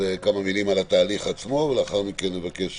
כמה מילים על התהליך עצמו ולאחר מכן אבקש